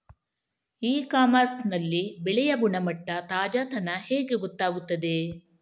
E commerce ನಲ್ಲಿ ಬೆಳೆಯ ಗುಣಮಟ್ಟ, ತಾಜಾತನ ಹೇಗೆ ಗೊತ್ತಾಗುತ್ತದೆ?